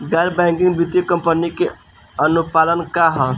गैर बैंकिंग वित्तीय कंपनी के अनुपालन का ह?